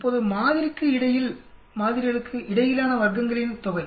இப்போது மாதிரிக்கு இடையில்மாதிரிகளுக்கு இடையிலான வர்க்கங்களின் தொகை